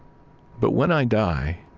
but when i die,